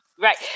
right